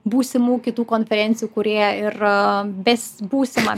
būsimų kitų konferencijų kūrėją ir best būsimą